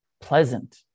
pleasant